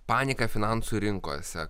panika finansų rinkose